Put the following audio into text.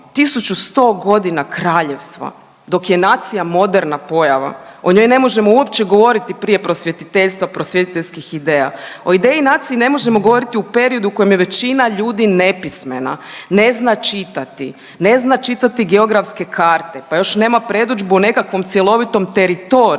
1100 godina kraljevstva, dok je nacija moderna pojava. O njoj ne možemo uopće govoriti prije prosvjetiteljstva, prosvjetiteljskih ideja. O ideji nacije ne možemo govoriti u periodu u kojem je većina ljudi nepismena, ne zna čitati. Ne zna čitati geografske karte pa još nema predodžbu o nekakvom cjelovitom teritoriju,